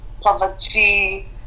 poverty